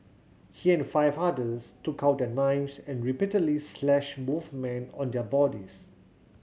he and five others took out their knives and repeatedly slashed both men on their bodies